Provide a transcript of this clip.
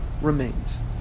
remains